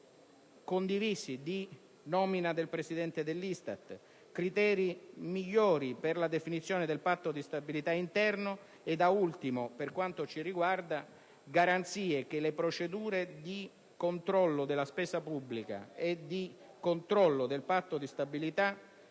condivisi di nomina del Presidente dell'ISTAT, criteri migliori per la definizione del Patto di stabilità interno e, da ultimo, per quanto ci riguarda, garanzie che le procedure di controllo della spesa pubblica e di controllo del Patto di stabilità,